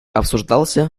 обсуждался